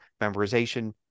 Memorization